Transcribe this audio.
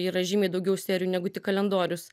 yra žymiai daugiau serijų negu tik kalendorius